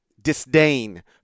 disdain